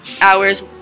hours